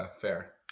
Fair